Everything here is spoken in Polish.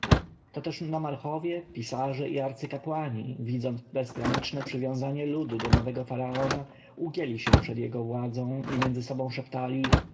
to też nomarchowie pisarze i arcykapłani widząc bezgraniczne przywiązanie ludu do nowego faraona ugięli się przed jego władzą i między sobą szeptali